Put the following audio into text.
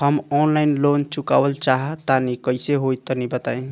हम online loan चुकावल चाहऽ तनि कइसे होई तनि बताई?